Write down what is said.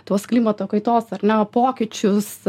tuos klimato kaitos ar ne pokyčius